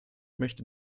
möchte